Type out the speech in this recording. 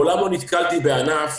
מעולם לא נתקלתי בענף